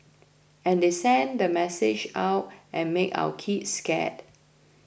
and they send the message out and make our kids scared